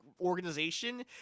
organization